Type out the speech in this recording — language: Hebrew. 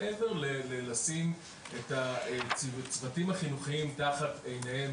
מעבר ללשים את הצוותים החינוכיים תחת עיניהם